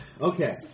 Okay